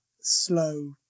slow